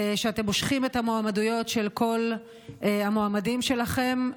שאתם מושכים את המועמדויות של כל המועמדים שלכם.